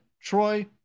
Troy